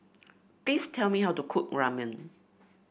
please tell me how to cook Ramen